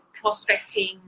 prospecting